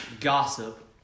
gossip